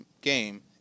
game